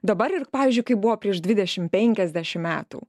dabar ir pavyzdžiui kaip buvo prieš dvidešim penkiasdešim metų